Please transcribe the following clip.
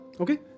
Okay